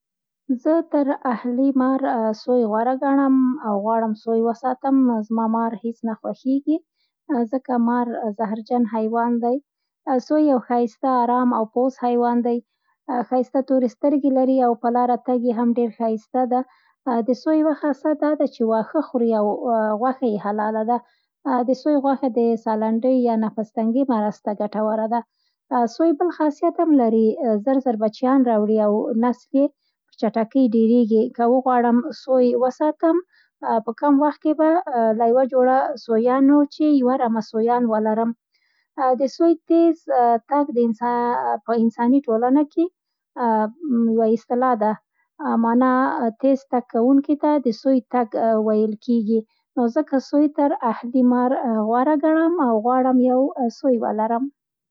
زه تر اهلي مار سوی غوره ګڼم او غواړم سوی وساتم. زما مار هېڅ نه خوښېږي ځکه مار زهرجن حیوان دی. سوی یو ښایسته، ارام او پوست حیوان دی. ښایسته تورې سترګې لري او په لاره تګ یې هم ډېر ښایسته ده. د سوی یوه خاصه دا ده چې واښه خوري او غوښه یې حلاله ده. د سوی غوښه د سا لنډۍ یا نفس تنګي مرض ته ګټوره ده. سوی بل خاصیت هم لري، زر زر بچیان راوړي او نسل یی په چټکۍ ډېرېږي. که وغواړم سوی وساتم, په کم وخت کې به له یوه جوړه سویانو چې یوه رمه سویان ولرم. د سوی تیز تګ د انسا... په انساني ټولنه کې یوه .اصلاح ده. معنی تیز تګ کوونکي ته د سوی تګ ویل کېږي. نو ځکه سوی تر اهلي مار غوره ګڼم او غواړم یو سوی ولرم